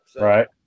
Right